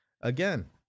Again